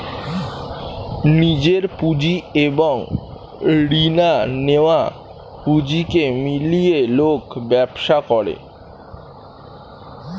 নিজের পুঁজি এবং রিনা নেয়া পুঁজিকে মিলিয়ে লোক ব্যবসা করে